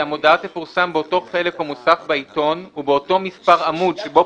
(1)המודעה תפורסם באותו חלק או מוסף בעיתון ובאותו מספר עמוד שבו